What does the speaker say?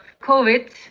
COVID